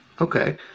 Okay